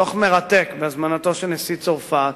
דוח מרתק, בהזמנתו של נשיא צרפת,